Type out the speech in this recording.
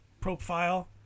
profile